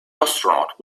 astronaut